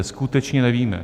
Skutečně nevíme.